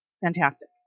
fantastic